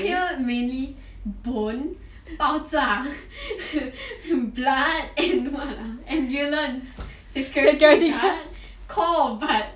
they will hear mainly bone 爆炸 blood and what ambulance security guard